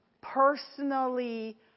personally